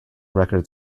record